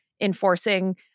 enforcing